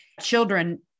children